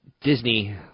Disney